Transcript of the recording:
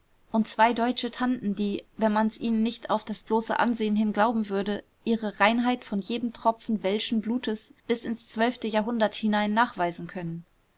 und zwei deutsche tanten die wenn man's ihnen nicht auf das bloße ansehen hin glauben würde ihre reinheit von jedem tropfen welschen blutes bis ins zwölfte jahrhundert hinein nachweisen können